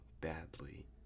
badly